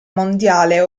mondiale